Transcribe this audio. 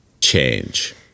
change